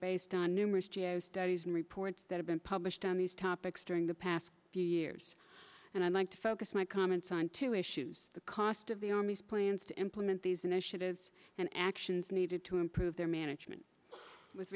based on numerous g a o studies and reports that have been published on these topics during the past few years and i'd like to focus my comments on two issues the cost of the army's plans to implement these initiatives and actions needed to improve their management with